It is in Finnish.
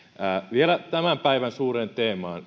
vielä tämän päivän suureen teemaan